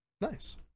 Nice